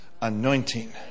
anointing